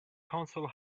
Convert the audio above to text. console